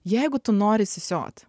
jeigu tu nori sisioti